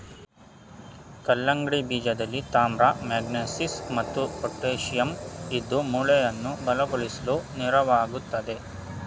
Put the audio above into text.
ಕಲ್ಲಂಗಡಿ ಬೀಜದಲ್ಲಿ ತಾಮ್ರ ಮ್ಯಾಂಗನೀಸ್ ಮತ್ತು ಪೊಟ್ಯಾಶಿಯಂ ಇದ್ದು ಮೂಳೆಯನ್ನ ಬಲಗೊಳಿಸ್ಲು ನೆರವಾಗ್ತದೆ